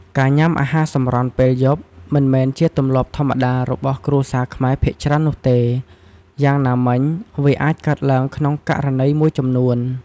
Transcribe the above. ការញ៉ាំអាហារសម្រន់ពេលយប់ មិនមែនជាទម្លាប់ធម្មតារបស់គ្រួសារខ្មែរភាគច្រើននោះទេ យ៉ាងណាមិញ វាអាចកើតឡើងក្នុងករណីមួយចំនួន។